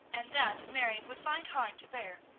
and that marion would find hard to bear.